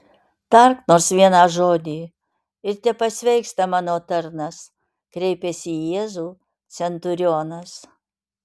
tark nors vieną žodį ir tepasveiksta mano tarnas kreipiasi į jėzų centurionas